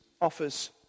offers